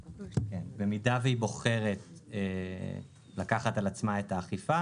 במידה שהיא בוחרת לקחת על עצמה את האכיפה